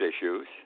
issues